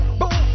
boom